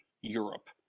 Europe